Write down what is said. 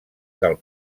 del